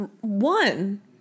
one